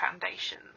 foundations